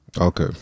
Okay